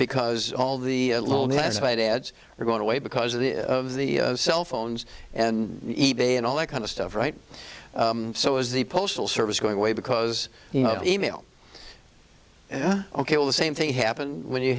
because all the little that's made ads are going away because of the of the cell phones and e bay and all that kind of stuff right so is the postal service going away because you know email yeah ok well the same thing happened when you